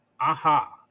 Aha